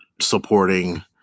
supporting